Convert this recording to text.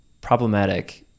problematic